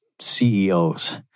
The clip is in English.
CEOs